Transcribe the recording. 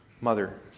mother